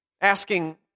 asking